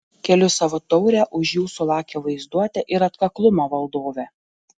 keliu savo taurę už jūsų lakią vaizduotę ir atkaklumą valdove